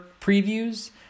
previews